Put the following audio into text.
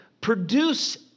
produce